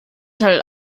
teil